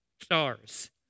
stars